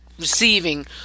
receiving